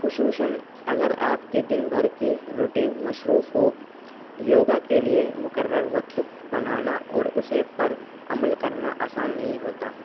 خصوصاً اگر آپ کے دن بھر کی روٹین مصروف ہو یوگا کے لیے مقرر وقت بنانا اور اسے پر عمل کرنا آسان نہیں ہوتا